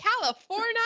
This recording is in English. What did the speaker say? California